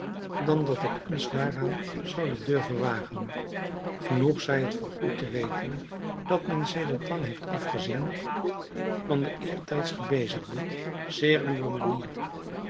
dan dat ik ons daaraan zoude durven wagen genoeg zij het voor u te weten dat men sedert lang heeft afgezien van de eertijds gebezigde zeer ruwe manier